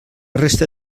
resta